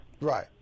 Right